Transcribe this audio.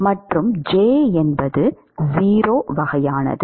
மற்றும் J என்பது 0 வகையானது